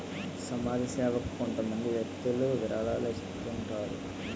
సమాజ సేవకు కొంతమంది వ్యక్తులు విరాళాలను ఇస్తుంటారు